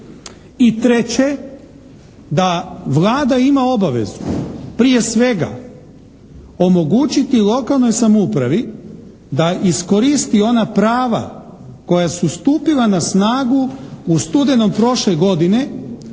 treće da Vlada ima obavezu prije svega omogućiti lokalnoj samoupravi da iskoristi ona prava koja su stupila na snagu u studenom prošle godine